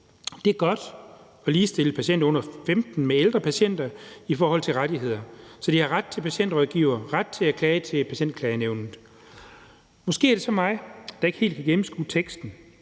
Det er godt at ligestille patienter under 15 år med ældre patienter i forhold til rettigheder, så de har ret til patientrådgiver og ret til at klage til Patientklagenævnet. Måske er det så mig, der ikke helt kan gennemskue teksten,